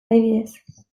adibidez